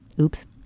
Oops